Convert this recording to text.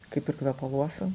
kaip ir kvepaluose